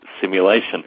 simulation